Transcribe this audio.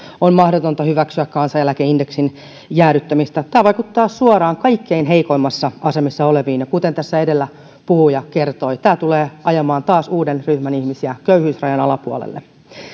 on mahdotonta hyväksyä kansaneläkeindeksin jäädyttämistä tämä vaikuttaa suoraan kaikkein heikoimmassa asemassa oleviin ja kuten tässä edellä puhuja kertoi tämä tulee ajamaan taas uuden ryhmän ihmisiä köyhyysrajan alapuolelle